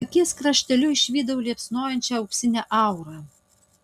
akies krašteliu išvydau liepsnojančią auksinę aurą